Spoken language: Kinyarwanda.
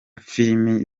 filimi